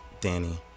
Danny